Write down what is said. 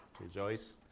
Rejoice